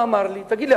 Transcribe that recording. ואמר לי: תגיד לי,